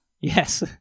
Yes